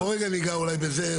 בוא רגע ניגע אולי בזה.